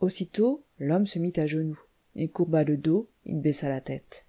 aussitôt l'homme se mit à genoux il courba le dos il baissa la tête